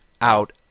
out